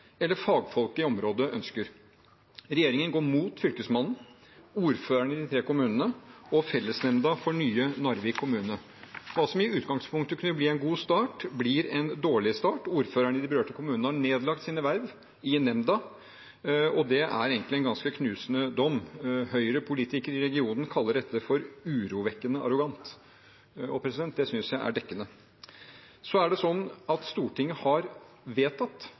eller fagfolk i området ønsker. Regjeringen går mot Fylkesmannen, ordførerne i de tre kommunene og fellesnemnda for nye Narvik kommune. Hva som i utgangspunktet kunne blitt en god start, blir en dårlig start. Ordførerne i de berørte kommunene har nedlagt sine verv i nemnda, og det er egentlig en ganske knusende dom. Høyre-politikere i regionen kaller dette for urovekkende arrogant. Det synes jeg er dekkende. Stortinget har vedtatt at frivillighet skal være det